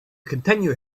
continue